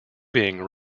being